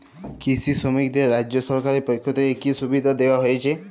কৃষি শ্রমিকদের রাজ্য সরকারের পক্ষ থেকে কি কি সুবিধা দেওয়া হয়েছে?